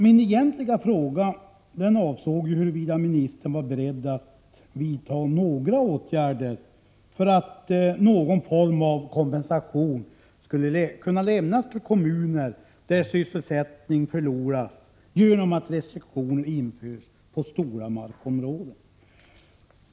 Min egentliga fråga var om ministern är beredd att vidta några åtgärder, så att någon form av kompensation lämnas till kommuner där sysselsättning förloras på grund av att restriktioner införs beträffande stora markområden.